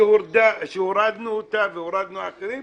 ושהורדנו אותה והורדנו אחרים,